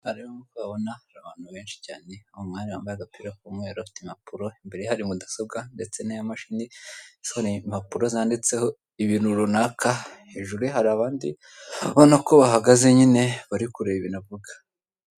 Aha rero nk'uko uhabona hari abantu benshi cyane, hari umwari wambaye agapira k'umweru ufite impapuro imbere ye hari mudasobwa ndetse naya mashini isora impapuro zanditseho ibintu runaka, hejuru ye hari abandi ubona ko bahagaze nyine bari kureba ibintu avuga.